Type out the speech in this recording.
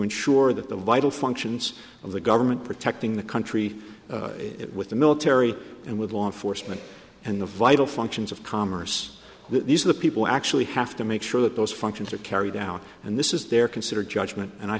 ensure that the vital functions of the government protecting the country with the military and with law enforcement and the vital functions of commerce these are the people actually have to make sure that those functions are carried out and this is their considered judgment and i